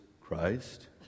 Christ